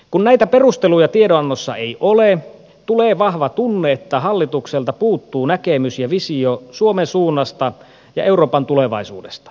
kun näitä perusteluja tiedonannossa ei ole tulee vahva tunne että hallitukselta puuttuu näkemys ja visio suomen suunnasta ja euroopan tulevaisuudesta